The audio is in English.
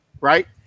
right